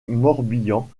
morbihan